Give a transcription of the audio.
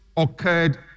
occurred